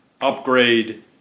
upgrade